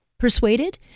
Persuaded